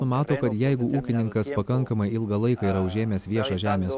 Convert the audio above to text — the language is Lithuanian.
numato kad jeigu ūkininkas pakankamai ilgą laiką yra užėmęs viešą žemės